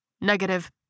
Negative